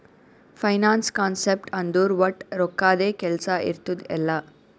finance concept ಅಂದುರ್ ವಟ್ ರೊಕ್ಕದ್ದೇ ಕೆಲ್ಸಾ ಇರ್ತುದ್ ಎಲ್ಲಾ